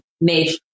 made